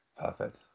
Perfect